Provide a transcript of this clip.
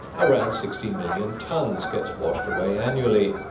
around sixty million tonnes gets washed away annually.